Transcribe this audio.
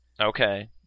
Okay